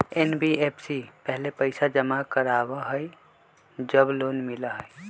NBFC पहले पईसा जमा करवहई जब लोन मिलहई?